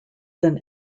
than